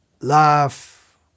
laugh